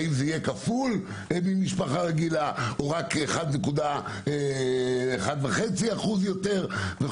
האם זה יהיה כפול ממשפחה רגילה או רק פי אחד וחצי וכדומה.